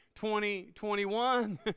2021